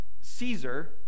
Caesar